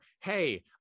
hey